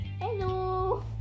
hello